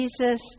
Jesus